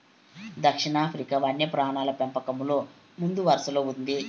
దక్షిణాఫ్రికా వన్యప్రాణుల పెంపకంలో ముందువరసలో ఉంది